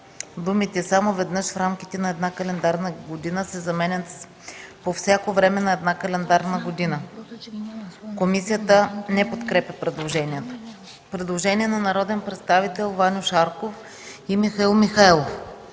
думите „само веднъж в рамките на една календарна година” се заменят с „по всяко време на една календарна година”. Комисията не подкрепя предложението. Предложение на народните представители Ваньо Шарков и Михаил Михайлов.